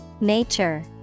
Nature